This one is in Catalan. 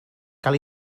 cal